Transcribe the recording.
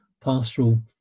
pastoral